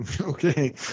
okay